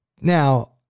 Now